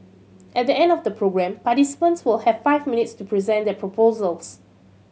at the end of the programme participants will have five minutes to present their proposals